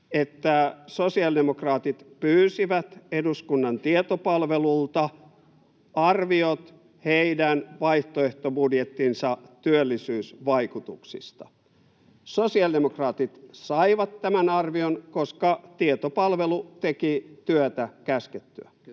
että sosiaalidemokraatit pyysivät eduskunnan tietopalvelulta arviot vaihtoehtobudjettinsa työllisyysvaikutuksista. Sosiaalidemokraatit saivat tämän arvion, koska tietopalvelu teki työtä käskettyä.